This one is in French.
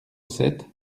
sept